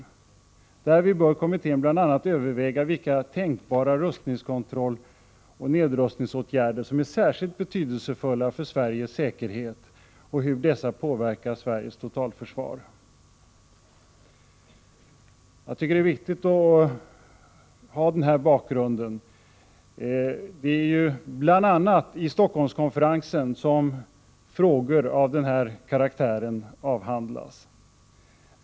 Därvid bör kommittén bl.a. överväga vilka tänkbara rustningskontrolloch nedrustningsåtgärder som är särskilt betydelsefulla för Sveriges säkerhet och hur dessa påverkar Sveriges totalförsvar. Det är viktigt att ha den bakgrunden. Bl.a. i Stockholmskonferensen avhandlas frågor av just denna karaktär.